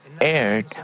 aired